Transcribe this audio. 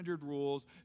rules